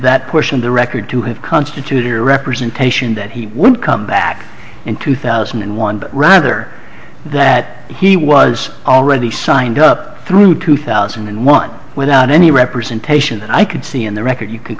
that question the record to have constituted representation that he would come back in two thousand and one but rather that he was already signed up through two thousand and one without any representation and i could see in the record you c